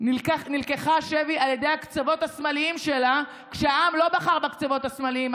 נלקחה שבי על ידי הקצוות השמאליים שלה כשהעם לא בחר בקצוות השמאליים.